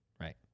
Right